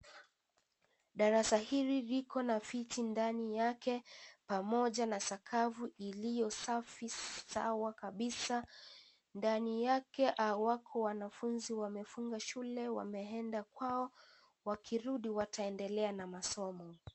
Darasa hili viko na viti ndani yake pamoja na sakafu iliyo safi sawa kabisa, ndani yake wako wanafunzi wamefunga shule wameenda kwao wakirudi wataendelea na masomo.